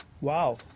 Wow